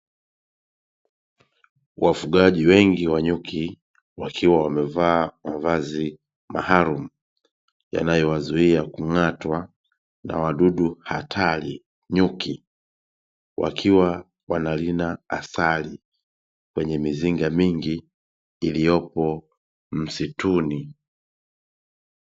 Wafugaji wengi wa nyuki wakiwa wamevaa mavazi maalum yanayowazuia kung'atwa na wadudu hatari nyuki, wakiwa wanarina asali kwenye mizinga mingi iliyopo msituni .